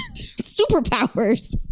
superpowers